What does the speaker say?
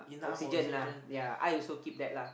oxygen lah yea I also keep that lah